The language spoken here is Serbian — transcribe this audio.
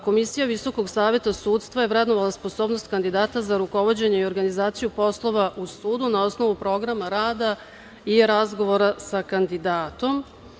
Komisija Visokog saveta sudstva je vrednovala sposobnost kandidata za sprovođenje i organizaciju poslova u sudu na osnovu programa rada i razgovora sa kandidatom.